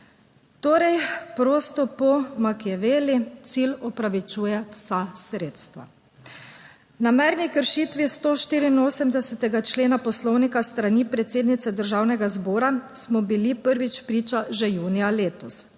Torej, prosto po Machiavelli: "Cilj opravičuje vsa sredstva." Namerni kršitvi 184. člena poslovnika s strani predsednice Državnega zbora smo bili prvič priča že junija letos,